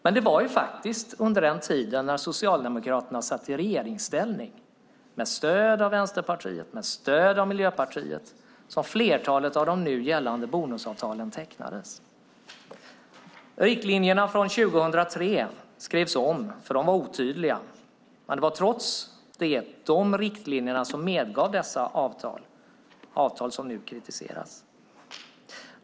Men det var under den tid som Socialdemokraterna satt i regeringsställning med stöd av Vänsterpartiet och Miljöpartiet som flertalet av de nu gällande bonusavtalen tecknades. Riktlinjerna från 2003 skrevs om, för de var otydliga. Trots detta medgavs de avtal som nu kritiseras.